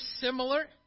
similar